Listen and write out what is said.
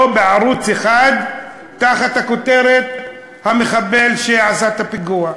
בערוץ 1 תחת הכותרת "המחבל שעשה את הפיגוע".